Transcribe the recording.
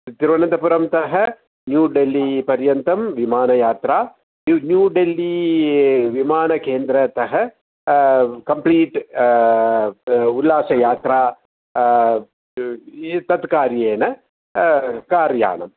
तिरुवनन्तपुरं तः न्यू डेल्ली पर्यन्तं विमानयात्रा न्यू डेल्ली विमानकेन्द्रतः कम्प्लीट् उल्लासयात्रा तत् कार्येन कार्यानम्